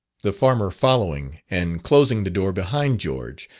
the farmer following, and closing the door behind george,